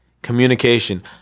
Communication